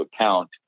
account